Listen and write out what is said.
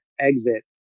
exit